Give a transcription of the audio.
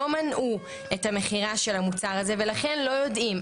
לא מנעו את המכירה של המוצר הזה ולכן לא יודעים.